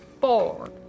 four